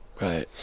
right